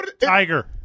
Tiger